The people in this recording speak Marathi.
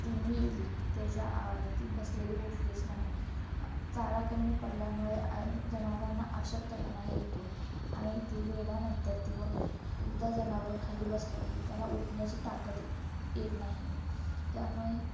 ती मेली त्याचा ती बसलेली उठलीच नाही चारा कमी पडल्यामुळे जनावरांना अशक्तपणा येतो आणि ती विल्यानंतर ती मग एकदा जनावर खाली बसलं की त्याला उठण्याची ताकत येत नाही त्यामुळे